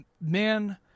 man